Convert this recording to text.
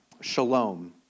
shalom